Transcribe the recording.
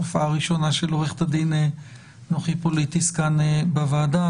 הופעה ראשונה של עוה"ד נוחי פוליטיס כאן בוועדה,